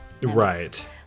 Right